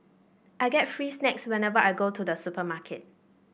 I get free snacks whenever I go to the supermarket